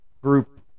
group